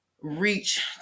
reach